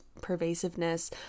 pervasiveness